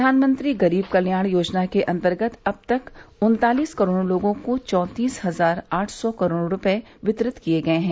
प्रधानमंत्री गरीब कल्याण योजना के अंतर्गत अब तक करीब उन्तालीस करोड़ लोगों को चौंतीस हजार आठ सौ करोड़ रूपये वितरित किये गये हैं